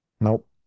Nope